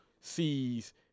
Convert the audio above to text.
sees